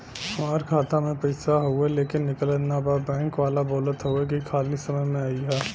हमार खाता में पैसा हवुवे लेकिन निकलत ना बा बैंक वाला बोलत हऊवे की खाली समय में अईहा